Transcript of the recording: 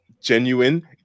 genuine